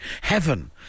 Heaven